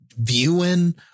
viewing